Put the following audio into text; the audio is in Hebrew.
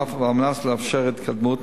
ואף הומלץ לאפשר התקדמות,